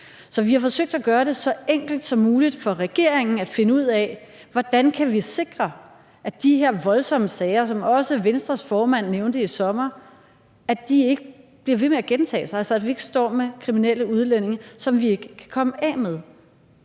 Så vi har forsøgt at gøre det så enkelt som muligt for regeringen at finde ud af, hvordan vi kan sikre, at de her voldsomme sager som dem i sommer, som også Venstres ordfører nævnte, ikke bliver ved med at gentage sig, og så vi ikke står med kriminelle udlændinge, som vi ikke kan komme af med.